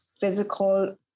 physical